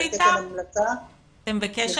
זה על תקן המלצה --- אתם בקשר